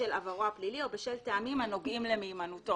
בשל עברו הפלילי או בשל טעמים הנוגעים למהימנותו.